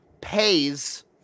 pays